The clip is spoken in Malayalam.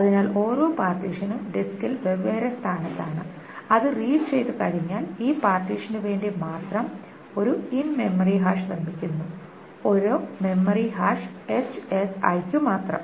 അതിനാൽ ഓരോ പാർട്ടീഷനും ഡിസ്കിൽ വെവ്വേറെ സ്ഥാനത്താണ് അത് റീഡ് ചെയ്തു കഴിഞ്ഞാൽ ഈ പാർട്ടീഷനു വേണ്ടി മാത്രം ഒരു ഇൻ മെമ്മറി ഹാഷ് നിർമ്മിക്കുന്നു ഓരോ മെമ്മറി ഹാഷ് ക്കു മാത്രം